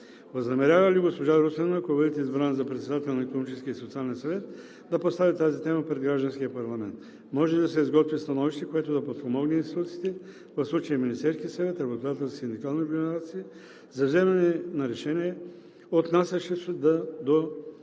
Възнамерява ли госпожа Русинова, ако бъдете избрана за председател на Икономическия и социален съвет, да постави тази тема пред гражданския парламент? Може ли да се изготви становище, което да подпомогне институциите, в случая от Министерския съвет, работодателски и синдикални организации, за вземане на решение, отнасящо се до минималната